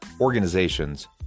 organizations